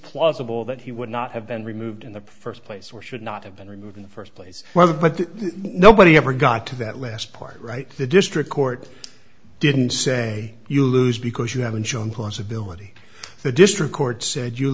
plausible that he would not have been removed in the first place or should not have been removed in the first place whether but nobody ever got to that last part right the district court didn't say you lose because you haven't shown possibility the district court said you